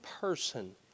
person